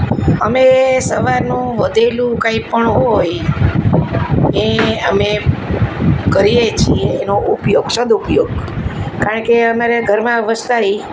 અમે સવારનું વધેલું કાંઇપણ હોય એ અમે કરીએ છીએ એનો ઉપયોગ સદુપયોગ કારણ કે અમારે ઘરમાં વસ્તારી